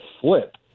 flip